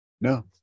No